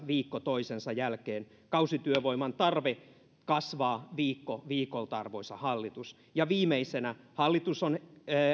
viikko toisensa jälkeen tekevänsä kaikkensa kausityövoiman tarve kasvaa viikko viikolta arvoisa hallitus ja viimeisenä hallitus on